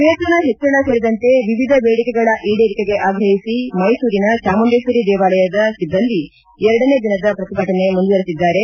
ವೇತನ ಹೆಚ್ಚಳ ಸೇರಿದಂತೆ ವಿವಿಧ ಬೇಡಿಕೆಗಳ ಈಡೇರಿಕೆಗೆ ಆಗ್ರಹಿಸಿ ಮೈಸೂರಿನ ಚಾಮುಂಡೇಶ್ವರಿ ದೇವಾಲಯದ ಸಿಬ್ಬಂದಿ ಎರಡನೇ ದಿನದ ಪ್ರತಿಭಟನೆ ಮುಂದುವರೆಸಿದ್ದಾರೆ